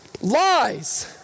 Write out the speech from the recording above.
lies